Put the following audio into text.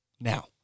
Now